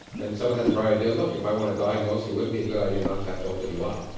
and someone had the bright idea, look, if i want to diagnose you, wouldn't it be a good idea not to have to open you up,